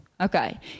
Okay